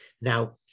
Now